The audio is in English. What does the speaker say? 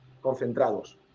concentrados